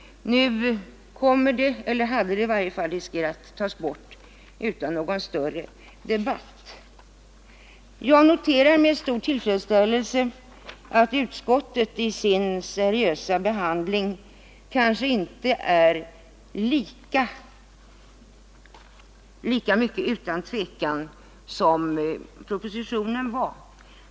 Nu hade man kunnat riskera att balansregeln tagits bort utan någon större debatt. Jag noterar med stor tillfredsställelse att utskottet i sin seriösa behandling inte varit lika mycket utan tvekan som propositionen.